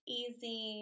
easy